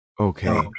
okay